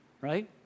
right